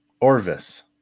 orvis